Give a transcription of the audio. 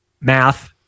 math